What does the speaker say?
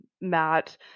matt